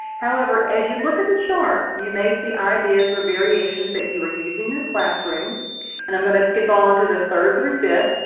however, as you look at the chart, you may see ideas or variations that you are using in your classroom and i'm going to skip on to the third through fifth.